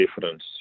difference